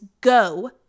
go